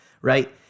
right